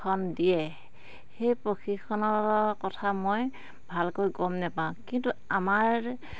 দিয়ে সেই প্ৰশিক্ষণ কথা মই ভালকৈ গম নেপাওঁ কিন্তু আমাৰ